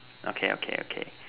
okay okay okay